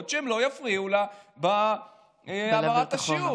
כדי שהם לא יפריעו לה בהעברת השיעור,